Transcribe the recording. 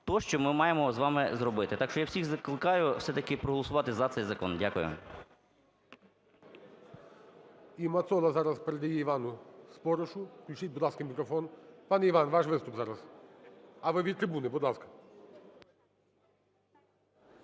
те, що ми маємо з вами зробити. Так що я всіх закликаю все-таки проголосувати за цей закон. Дякую.